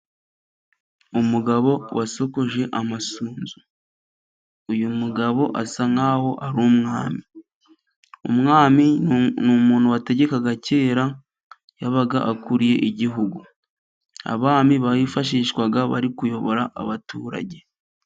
Umugabo wasokoje amasunzu, uyu mugabo asa nk'aho ari umwami, umuntu wategekaga yabaga akuriye igihugu, abami bifashishwaga bari kuyobora abaturage.